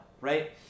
right